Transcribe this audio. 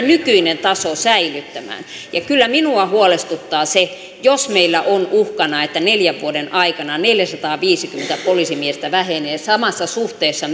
nykyinen taso säilyttämään kyllä minua huolestuttaa se jos meillä on uhkana että neljän vuoden aikana neljäsataaviisikymmentä poliisimiestä vähenee samassa suhteessa